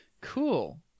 Cool